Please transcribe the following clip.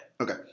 Okay